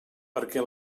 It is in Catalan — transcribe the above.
perquè